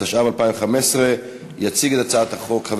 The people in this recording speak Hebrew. התשע"ו 2015. יציג את הצעת החוק חבר